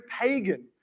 pagan